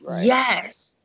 Yes